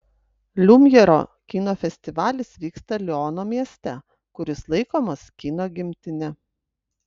liumjero kino festivalis vyksta liono mieste kuris laikomas kino gimtine